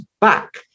back